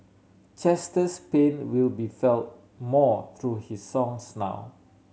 Chester's pain will be felt more through his songs now